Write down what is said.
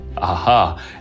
Aha